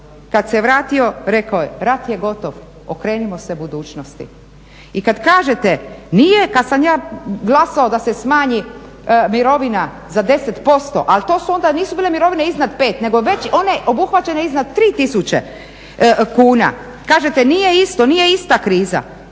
kad se vratio rekao je rat je gotov, okrenimo se budućnosti. I kad kažete nije, kad sam ja glasao da se smanji mirovina za 10% ali to su, onda nisu bile mirovine iznad 5, nego već one obuhvaćene iznad 3000 kuna. Kažete nije isto, nije ista kriza.